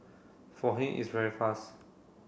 for him it's very fast